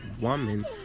woman